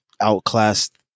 outclassed